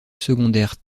secondaire